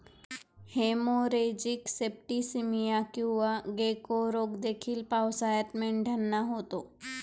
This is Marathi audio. हेमोरेजिक सेप्टिसीमिया किंवा गेको रोग देखील पावसाळ्यात मेंढ्यांना होतो